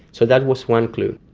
so that was one clue.